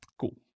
Cool